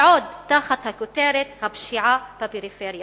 ועוד תחת הכותרת "הפשיעה בפריפריה"?